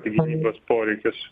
gynybos poreikius